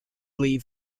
leave